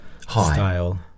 style